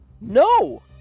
No